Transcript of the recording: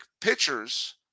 pitchers